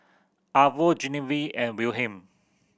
Arvo Genevieve and Wilhelm